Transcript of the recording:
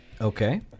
Okay